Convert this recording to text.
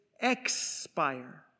expire